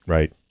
Right